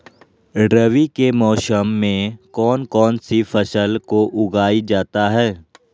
रवि के मौसम में कौन कौन सी फसल को उगाई जाता है?